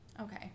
Okay